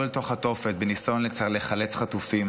אל תוך התופת בניסיון לחלץ חטופים